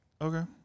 Okay